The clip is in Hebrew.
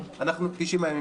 90. 90 הימים.